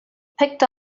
picked